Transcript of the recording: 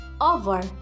over